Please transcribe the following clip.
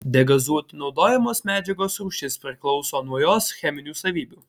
degazuoti naudojamos medžiagos rūšis priklauso nuo jos cheminių savybių